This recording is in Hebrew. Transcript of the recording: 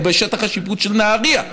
הוא בשטח השיפוט של נהריה,